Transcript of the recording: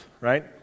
right